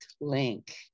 link